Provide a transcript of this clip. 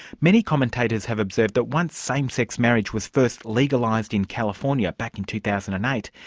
many commentators have observed that once same-sex marriage was first legalised in california back in two thousand and eight,